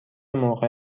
موقع